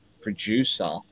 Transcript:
producer